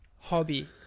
hobby